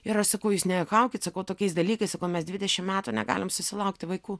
ir aš sakau jūs nejuokaukit sakau tokiais dalykais sakau mes dvidešim me metų negalim susilaukti vaikų